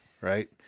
Right